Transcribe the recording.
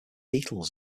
beetles